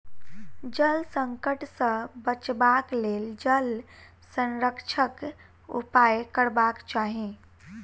जल संकट सॅ बचबाक लेल जल संरक्षणक उपाय करबाक चाही